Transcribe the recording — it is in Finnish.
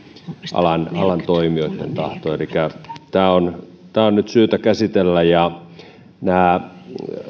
alan alan toimijoitten tahto elikkä tämä on tämä on nyt syytä käsitellä nämä